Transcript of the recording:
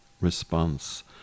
response